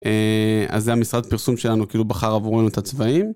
אז זה המשרד פרסום שלנו כאילו בחר עבורנו את הצבעים.